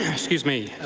yeah excuse me.